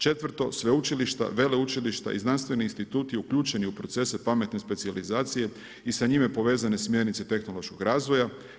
4. sveučilišta, veleučilišta i znanstveni instituti uključeni u procese pametne specijalizacije i sa njime povezane smjernice tehnološkog razvija.